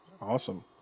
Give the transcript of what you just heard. Awesome